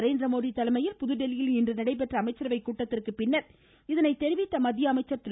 நரேந்திர மோடி தலைமையில் இன்று புதுதில்லியில் நடைபெற்ற அமைச்சரவை கூட்டத்திற்கு பின்னர் இதனைத் தெரிவித்த மத்திய அமைச்சர் திரு